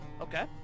Okay